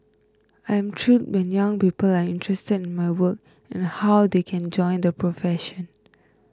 I am thrilled when young people are interested in my work and how they can join the profession